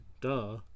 Duh